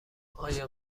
آیا